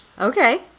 Okay